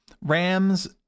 Rams